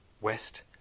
west